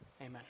amen